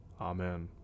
Amen